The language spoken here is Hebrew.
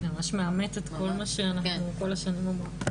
ממש מאמת את מה שאנחנו כל השנים אומרות.